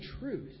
truth